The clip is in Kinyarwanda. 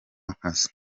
nkazo